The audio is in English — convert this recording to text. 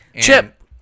Chip